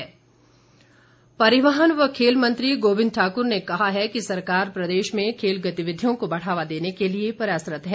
गोबिंद ठाकुर परिवहन व खेल मंत्री गोबिंद ठाकुर ने कहा है कि सरकार प्रदेश में खेल गतिविधियों को बढ़ावा देने के लिए प्रयासरत है